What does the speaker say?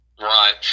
Right